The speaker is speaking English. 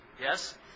yes